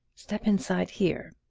step inside here,